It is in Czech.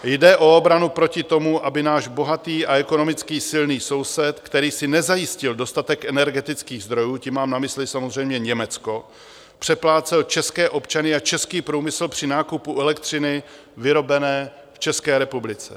Jde o obranu proti tomu, aby náš bohatý a ekonomicky silný soused, který si nezajistil dostatek energetických zdrojů, tím mám na mysli samozřejmě Německo, přeplácel české občany a český průmysl při nákupu elektřiny vyrobené v České republice.